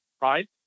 Right